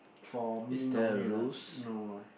for me no need lah no lah